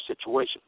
situation